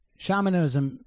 shamanism